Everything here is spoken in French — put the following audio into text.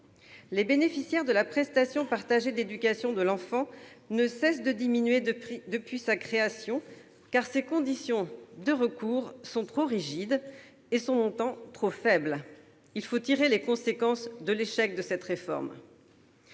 Les bénéficiaires de la prestation partagée d'éducation de l'enfant ne cessent de diminuer depuis sa création, car ses conditions de recours sont trop rigides et son montant trop faible. Il faut tirer les conséquences de l'échec d'une telle réforme.